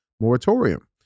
moratorium